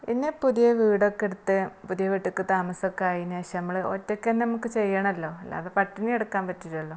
പിന്നെ പുതിയ വീടൊക്കെ എടുത്ത് പുതിയ വീട്ടിലേക്ക് താമസം ഒക്കെ ആയതിന് ശേഷം നമ്മൾ ഒറ്റയ്ക്ക് തന്നെ നമ്മൾക്ക് ചെയ്യണമല്ലോ അല്ലാതെ പട്ടിണി കിടക്കാന് പറ്റില്ലല്ലോ